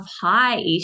high